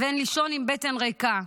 ולישון עם בטן ריקה.